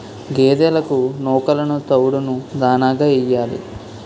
గేదెలకు నూకలును తవుడును దాణాగా యియ్యాలి